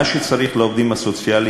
מה שצריך לעובדים הסוציאליים,